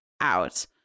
out